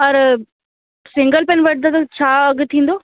पर single pen वठदासि त छा अघि थींदो